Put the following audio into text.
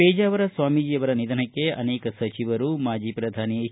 ಪೇಜಾವರ ಸ್ವಾಮೀಜಿಯವರ ನಿಧನಕ್ಕೆ ಅನೇಕ ಸಚಿವರು ಮಾಜಿ ಪ್ರಧಾನಿ ಎಚ್